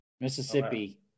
Mississippi